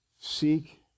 Seek